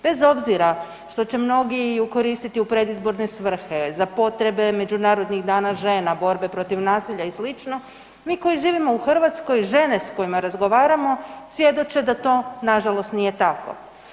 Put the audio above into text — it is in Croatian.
Bez obzira što će mnogi ju koristiti u predizborne svrhe, za potrebe međunarodnih dana žena, borbe protiv nasilja i sl., mi koji živimo u Hrvatskoj, žene s kojima razgovaramo, svjedoče da to nažalost nije tako.